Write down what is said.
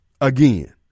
again